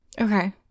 Okay